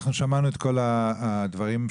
שמענו את כל הדוברים.